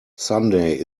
sunday